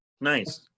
Nice